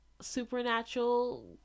supernatural